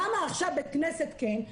למה עכשיו בית-כנסת - כן.